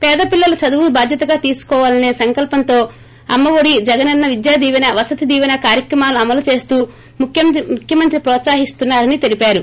పేద పిల్లల చదువును బాధ్యతగా తీసుకోవాలసే సంకల్పంతో అమ్మ ఒడి జగనన్న విద్యా దీపెన వసతి దీపెన కార్యక్రమాలను అమలు చేస్తూ ముఖ్యమంత్రి న్రోత్సహిస్తున్నారని తెలిపారు